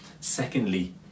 Secondly